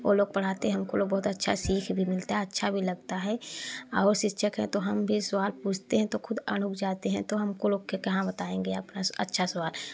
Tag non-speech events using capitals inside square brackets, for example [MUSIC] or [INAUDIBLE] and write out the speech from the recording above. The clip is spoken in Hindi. वो लोग पढ़ाते हमको लोग बहुत अच्छा सीख भी मिलता है अच्छा भी लगता है और शिक्षक हैं तो हम भी सवाल पूछते हैं तो खुद [UNINTELLIGIBLE] जाते हैं तो हमको लोग के कहाँ बताएँगे अपना अच्छा सवाल